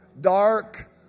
dark